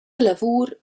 lavur